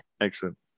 excellent